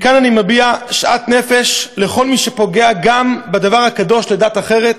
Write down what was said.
מכאן אני מביע שאט נפש לכל מי שפוגע גם בדבר הקדוש לדת אחרת,